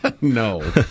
No